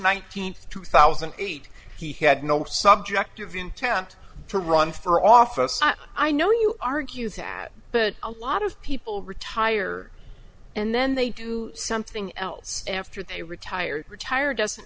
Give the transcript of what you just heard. and eight he had no subjective intent to run for office i know you argue that but a lot of people retire and then they do something else after they retire retired doesn't